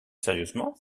sérieusement